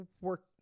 work